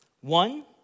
One